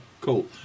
cool